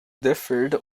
differed